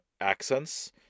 accents